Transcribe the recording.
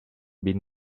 been